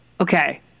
Okay